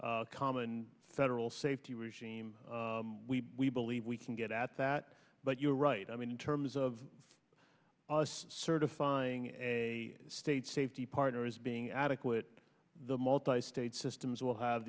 common federal safety regime we believe we can get at that but you're right i mean in terms of certifying a state safety partner is being adequate the multi state systems will have